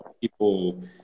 people